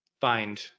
find